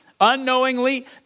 Unknowingly